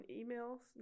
emails